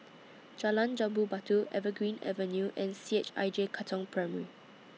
Jalan Jambu Batu Evergreen Avenue and C H I J Katong Primary